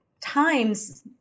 times